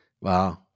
wow